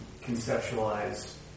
conceptualize